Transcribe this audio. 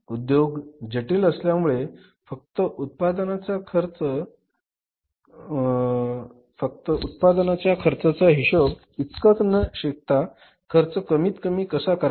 उद्योग जटील असल्यामुळे फक्त उत्पादनाचा खर्चाचा हिशोब इतकच न शिकता खर्च कमीत कमी कसा करावा